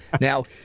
Now